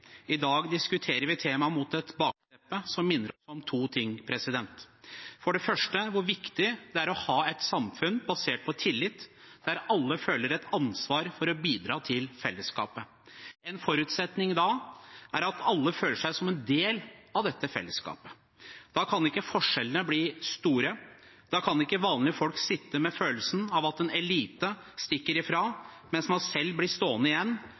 I dag diskuterer vi temaet mot et bakteppe som minner oss om to ting. Det første er hvor viktig det er å ha et samfunn basert på tillit, der alle føler et ansvar for å bidra til fellesskapet. En forutsetning da er at alle føler seg som en del av dette fellesskapet. Da kan ikke forskjellene bli store. Da kan ikke vanlige folk sitte med følelsen av at en elite stikker ifra, mens man selv blir stående igjen.